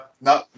no